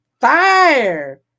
Fire